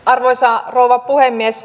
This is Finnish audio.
arvoisa rouva puhemies